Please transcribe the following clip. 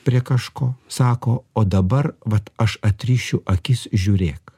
prie kažko sako o dabar vat aš atrišiu akis žiūrėk